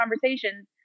conversations